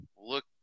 look